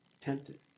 tempted